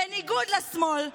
בניגוד לשמאל,